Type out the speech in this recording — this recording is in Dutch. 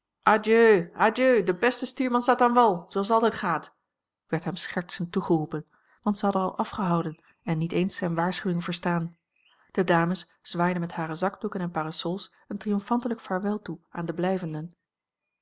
beste stuurman staat aan wal zooals't altijd gaat werd hem schertsend toegeroepen want ze hadden al afgehouden en niet eens zijne waarschuwing verstaan de dames zwaaiden met hare zakdoeken en parasols een triomfantelijk vaarwel toe aan de